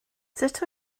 sut